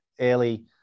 early